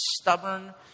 stubborn